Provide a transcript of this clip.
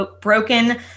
broken